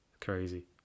Crazy